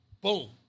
Boom